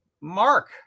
Mark